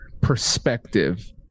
perspective